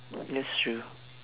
that's true